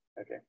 Okay